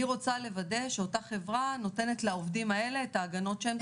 אני רוצה לוודא שאותה חברה נותנת לעובדים האלה את ההגנות שהם צריכים,